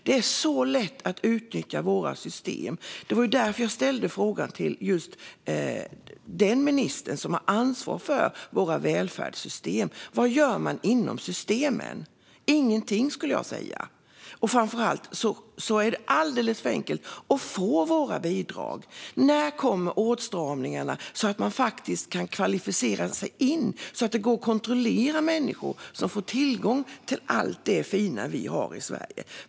Det är så lätt att utnyttja våra system, och det var därför jag ställde frågan till den minister som har ansvar för våra välfärdssystem. Vad gör man inom systemen? Ingenting, skulle jag säga. Framför allt är det alldeles för enkelt att få våra bidrag. När kommer åtstramningarna så att man faktiskt behöver kvalificera sig in och så att det går att kontrollera människor som får tillgång till allt det fina vi har i Sverige?